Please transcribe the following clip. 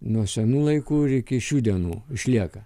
nuo senų laikų iki šių dienų išlieka